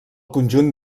conjunt